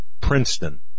Princeton